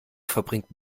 verbringt